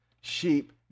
Sheep